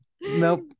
nope